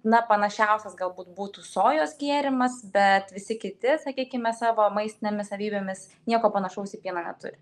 na panašiausias galbūt būtų sojos gėrimas bet visi kiti sakykime savo maistinėmis savybėmis nieko panašaus į pieną neturi